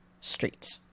streets